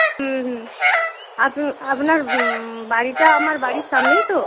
হুম হুম আপনি আপনার বাড়িটা আমার বাড়ির সামনেই তো